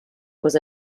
was